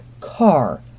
car